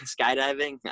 skydiving